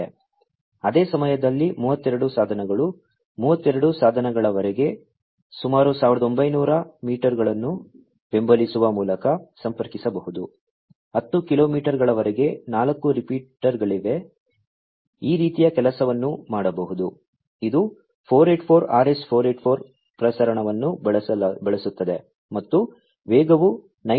ಅದೇ ಸಮಯದಲ್ಲಿ 32 ಸಾಧನಗಳು 32 ಸಾಧನಗಳವರೆಗೆ ಸುಮಾರು 1900 ಮೀಟರ್ಗಳನ್ನು ಬೆಂಬಲಿಸುವ ಮೂಲಕ ಸಂಪರ್ಕಿಸಬಹುದು 10 ಕಿಲೋಮೀಟರ್ಗಳವರೆಗೆ 4 ರಿಪೀಟರ್ಗಳವರೆಗೆ ಈ ರೀತಿಯ ಕೆಲಸವನ್ನು ಮಾಡಬಹುದು ಇದು 484 RS 484 ಪ್ರಸರಣವನ್ನು ಬಳಸುತ್ತದೆ ಮತ್ತು ವೇಗವು 9